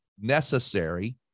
necessary